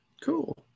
Cool